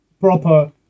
proper